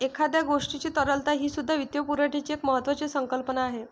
एखाद्या गोष्टीची तरलता हीसुद्धा वित्तपुरवठ्याची एक महत्त्वाची संकल्पना आहे